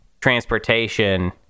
transportation